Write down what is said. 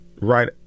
right